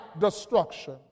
destruction